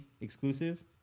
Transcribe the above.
exclusive